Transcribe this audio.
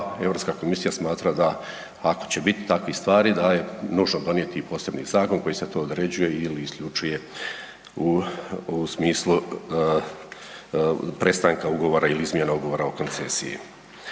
Europska komisija smatra da ako će bit takvih stvari da je nužno donijeti i posebni zakon kojim se to određuje ili isključuje u, u smislu prestanka ugovora ili izmjena Ugovora o koncesiji.